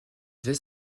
this